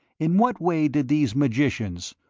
in what way did these magicians,